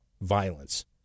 violence